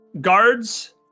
Guards